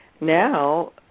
now